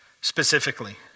specifically